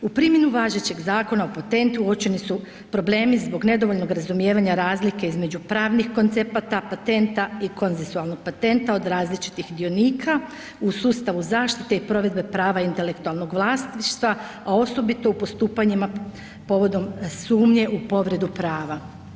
U primjeni važećeg zakona o patentu uočeni su problemi zbog nedovoljnog razumijevanja razlike između pravnih koncepata patenta i konsenzualnog patenta od različitih dionika u sustavu zaštite i provedbe prava intelektualnog vlasništva, a osobito u postupanjima povodom sumnje u povredu prava.